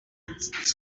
treize